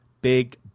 big